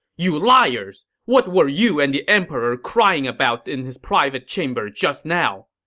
you liars! what were you and the emperor crying about in his private chamber just now!